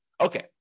Okay